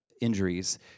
injuries